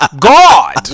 God